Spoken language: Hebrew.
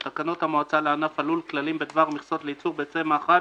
תקנות המועצה לענף הלול (כללים בדבר מכסות לייצור ביצי מאכל